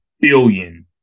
billion